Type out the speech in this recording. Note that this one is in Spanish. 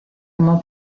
como